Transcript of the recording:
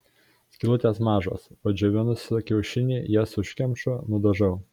skylutės mažos padžiovinusi kiaušinį jas užkemšu nudažau